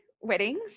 weddings